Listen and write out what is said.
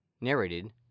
Narrated